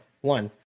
One